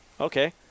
okay